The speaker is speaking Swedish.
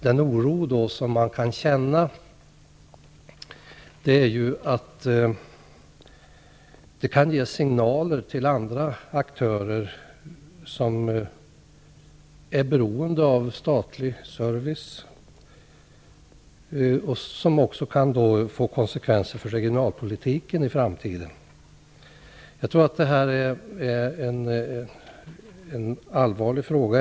Den oro man kan känna är att detta kan ge signaler till andra aktörer som är beroende av statlig service och att detta också kan få konsekvenser för regionalpolitiken i framtiden. Jag tror att det här är en allvarlig fråga.